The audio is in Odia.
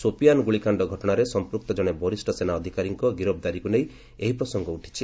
ସୋପିଆନ ଗୁଳିକାଣ୍ଡ ଘଟଣାରେ ସଂପୃକ୍ତ ଜଣେ ବରିଷ୍ଣ ସେନା ଅଧିକାରୀଙ୍କ ଗିରଫଦାରୀକୁ ନେଇ ଏହି ପ୍ରସଙ୍ଗ ଉଠିଛି